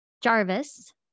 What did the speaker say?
jarvis